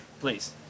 Please